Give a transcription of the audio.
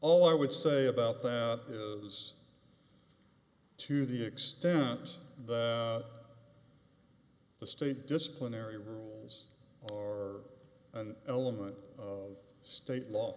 all i would say about that is to the extent that the state disciplinary rules are an element of state law